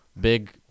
Big